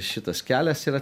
šitas kelias yra